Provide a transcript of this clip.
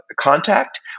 contact